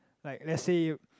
like let's say you